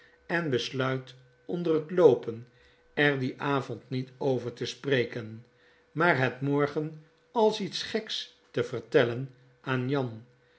en besluit onder het loopen er dien avond niet over te spreken maar het morgen als iets geks te vertellen aan jan